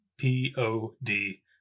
P-O-D